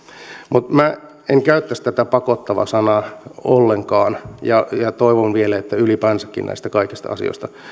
mutta minä en käyttäisi tätä pakottava sanaa ollenkaan ja toivon vielä että ylipäänsäkin näistä kaikista asioista